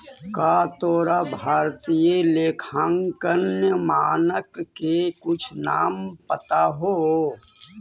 का तोरा भारतीय लेखांकन मानक के कुछ नाम पता हो?